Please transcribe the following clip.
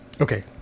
Okay